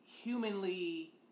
humanly